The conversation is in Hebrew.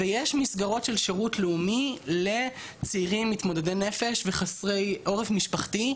ויש מסגרות של שירות לאומי לצעירים מתמודדי נפש וחסרי עורף משפחתי.